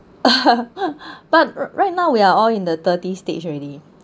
but right now we are all in the thirty stage already